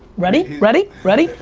ready, ready, ready?